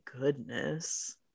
goodness